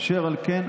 אשר על כן,